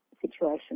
situation